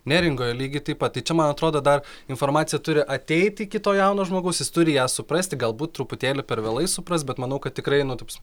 neringoje lygiai taip pat čia man atrodo dar informacija turi ateiti iki to jauno žmogaus jis turi ją suprasti galbūt truputėlį per vėlai supras bet manau kad tikrai nutūps